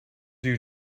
you